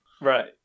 Right